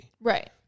Right